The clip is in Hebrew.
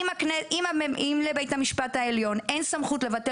אם לבית המשפט העליון אין סמכות לבטל